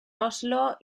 oslo